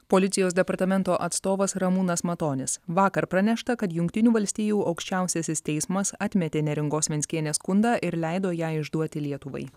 policijos departamento atstovas ramūnas matonis vakar pranešta kad jungtinių valstijų aukščiausiasis teismas atmetė neringos venckienės skundą ir leido ją išduoti lietuvai